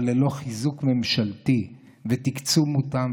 אבל ללא חיזוק ממשלתי ותקצוב מותאם,